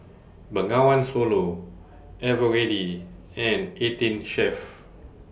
Bengawan Solo Eveready and eighteen Chef